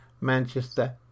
Manchester